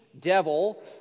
devil